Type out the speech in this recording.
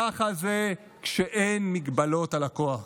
ככה זה כשאין מגבלות על הכוח.